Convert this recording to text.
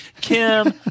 Kim